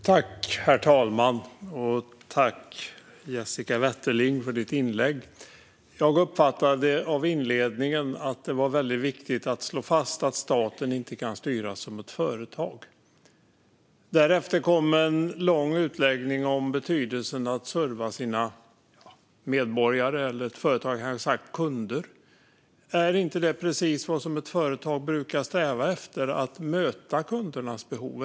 Herr talman! Tack, Jessica Wetterling, för ditt inlägg! Jag uppfattade av inledningen att det var viktigt att slå fast att staten inte kan styras som ett företag. Därefter kom en lång utläggning om betydelsen av att serva sina medborgare, eller kunder, som ett företag hade sagt. Är det inte precis vad ett företag brukar sträva efter - att möta kundernas behov?